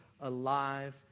alive